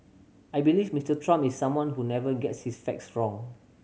I believe Mister Trump is someone who never gets his facts wrong